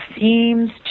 seems